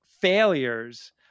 failures